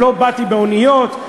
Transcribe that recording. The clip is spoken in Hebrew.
לא באתי באוניות,